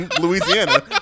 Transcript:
Louisiana